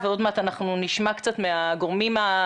כפי שאתם מכירים את האתגרים,